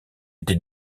été